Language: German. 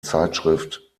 zeitschrift